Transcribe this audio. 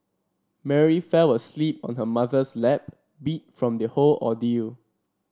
Mary fell asleep on her mother's lap beat from the whole ordeal